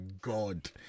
god